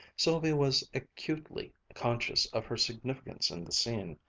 sylvia was acutely conscious of her significance in the scene.